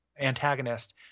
antagonist